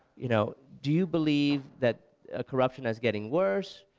you know do you believe that corruption is getting worst,